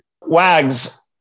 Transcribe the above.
Wags